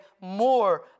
more